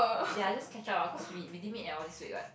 ya I just catch up ah cause we we didn't meet at all this week right